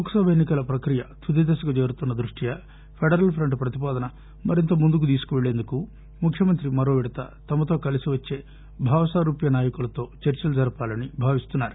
లోక్ సభ ఎన్ని కల ప్రక్రియ తుదిదశకు చేరుతున్న దృష్ట్యా ఫెడరల్ ప్రంట్ ప్రతిపాదనను మరింత ముందుకు తీసుకెళ్లేందుకు ముఖ్యమంత్రి మరోవిడత తమతో కలిసి వచ్చే భావసారూప్య నాయకులతో చర్చలు జరపాలని భావిస్తున్నారు